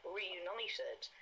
reunited